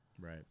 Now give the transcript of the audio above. right